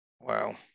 Wow